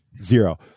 zero